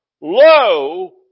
lo